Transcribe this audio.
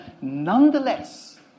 nonetheless